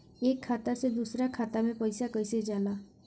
एक खाता से दूसर खाता मे पैसा कईसे जाला?